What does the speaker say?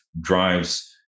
drives